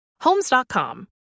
homes.com